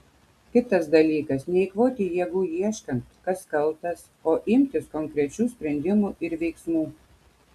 kitas dalykas neeikvoti jėgų ieškant kas kaltas o imtis konkrečių sprendimų ir veiksmų